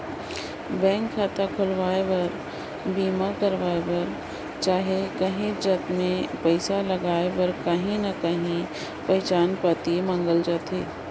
bank खाता खोलवाए बर, बीमा करवाए बर चहे काहींच जाएत में पइसा लगाए बर काहीं ना काहीं पहिचान पाती मांगल जाथे